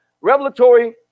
revelatory